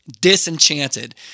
Disenchanted